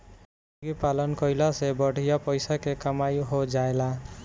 मुर्गी पालन कईला से बढ़िया पइसा के कमाई हो जाएला